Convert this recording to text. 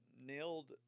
nailed